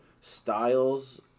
styles